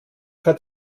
hat